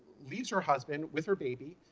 leaves her husband with her baby,